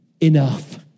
enough